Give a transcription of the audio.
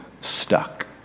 stuck